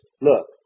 look